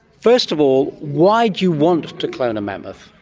first of all, why do you want to clone a mammoth?